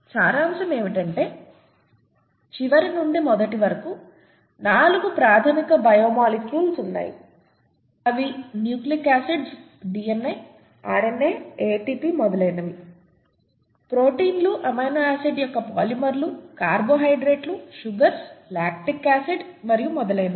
సారాంశం ఏమిటంటే చివరి నుండి మొదటి వరకు 4 ప్రాథమిక బయో మాలిక్యూల్స్ ఉన్నాయి అవి nucleic acids DNA RNA ATP మొదలైనవి ప్రోటీన్లు అమైనో ఆసిడ్ యొక్క పాలిమర్లు కార్బోహైడ్రేట్లు సుగర్స్ లాక్టిక్ఆసిడ్ మరియు మొదలైనవి